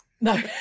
no